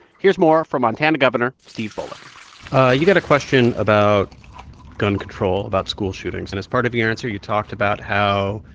here's more from montana governor steve bullock you got a question about gun control, about school shootings, and as part of your answer, you talked about how,